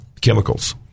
chemicals